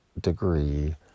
degree